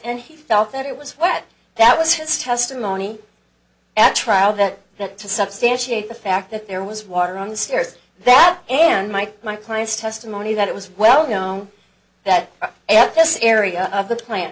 and he felt that it was wet that was his testimony at trial that that to substantiate the fact that there was water on the stairs that and mike my client's testimony that it was well known that this area of the plant